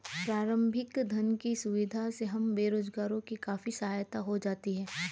प्रारंभिक धन की सुविधा से हम बेरोजगारों की काफी सहायता हो जाती है